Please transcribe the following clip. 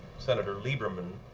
senator lieberman